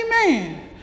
Amen